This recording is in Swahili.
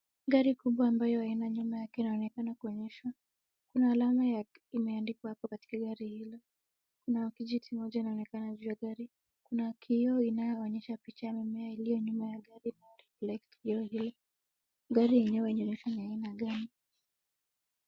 Gari kubwa ambayo haina nyuma yake inaonekana kuonyeshwa. Kuna alama imeandikwa hapo katika gari hilo. Kuna kijiti moja inaonekana juu ya gari. Kuna kioo inayoonyesha picha ya mimea iliyo nyuma ya gari na reflect gari hilo. Gari yenyewe inaonyesha ni ya aina gani.